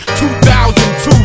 2002